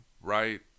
right